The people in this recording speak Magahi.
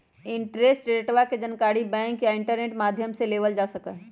इंटरेस्ट रेटवा के जानकारी बैंक या इंटरनेट माध्यम से लेबल जा सका हई